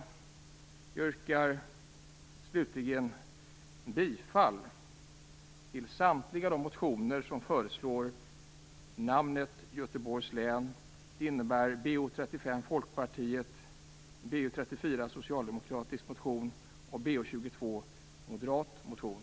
Jag yrkar slutligen bifall till samtliga de motioner som föreslår namnet Göteborgs län. Det innebär Bo35 från Folkpartiet, Bo34, som är en socialdemokratisk motion och Bo22, som är en moderat motion.